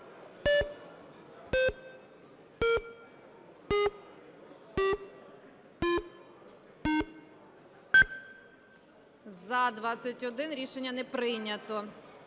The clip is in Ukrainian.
За-21 Рішення не прийнято.